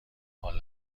حالا